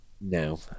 No